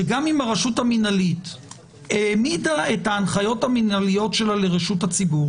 שגם אם הרשות המנהלית העמידה את ההנחיות המנהליות שלה לרשות הציבור